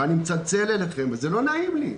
אני מצלצל אליכם וזה לא נעים לי.